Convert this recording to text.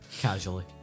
casually